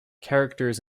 characters